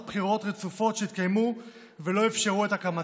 הבחירות הרצופות שהתקיימו ולא אפשרו את הקמתה.